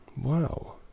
Wow